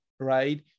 right